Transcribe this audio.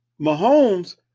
Mahomes